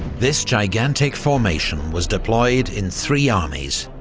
this gigantic formation was deployed in three armies,